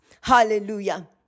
Hallelujah